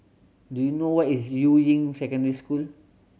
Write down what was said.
do you know where is Yuying Secondary School